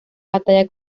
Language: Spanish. batalla